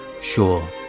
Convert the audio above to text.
sure